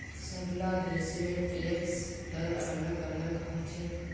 सबला देशेर टैक्स दर अलग अलग ह छेक